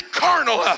carnal